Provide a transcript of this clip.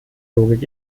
logik